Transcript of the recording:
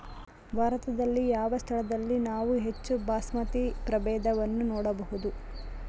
ಭಾರತದಲ್ಲಿ ಯಾವ ಸ್ಥಳದಲ್ಲಿ ನಾವು ಹೆಚ್ಚು ಬಾಸ್ಮತಿ ಪ್ರಭೇದವನ್ನು ನೋಡಬಹುದು?